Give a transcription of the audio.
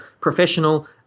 professional